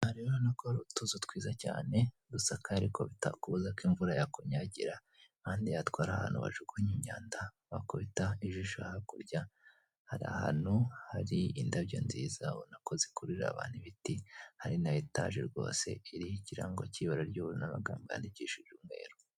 Utuzu twiza cyane dusakaye ariko bitakubuza ko imvura yakunyagira, iruhande rwaho hari ahantu bajugunya imyanda, wakubita ijisho hakurya, hai ahantu hari indabyo nziza, ubonako zikurura abantu ibiti, hari na etage rwose iriho ikirango cy'ibara ry'ubururu, n'amagambo yandikishije ibara ry'umweru.